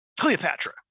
Cleopatra